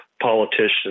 politicians